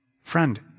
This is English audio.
Friend